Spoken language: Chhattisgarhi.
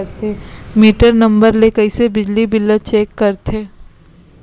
मीटर नंबर ले कइसे बिजली बिल ल चेक करथे?